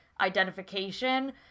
identification